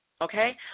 okay